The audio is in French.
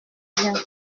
bien